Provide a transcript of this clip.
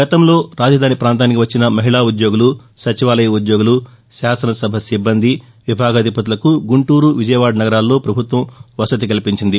గతంలో రాజధాని పాంతానికి వచ్చిన మహిళా ఉద్యోగులు సచివాలయ ఉద్యోగులు శాసనసభ సిబ్బంది విభాగాధిపతులకు గుంటూరు విజయవాడ నగరాల్లో ప్రభుత్వం వసతి కల్పించింది